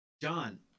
John